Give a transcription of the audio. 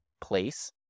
place